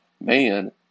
man